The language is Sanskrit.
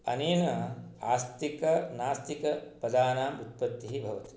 अनेन आस्तिकनास्तिकपदानां उत्पत्तिः भवति